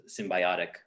symbiotic